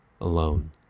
alone